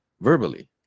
verbally